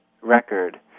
record